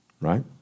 Right